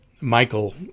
Michael